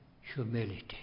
humility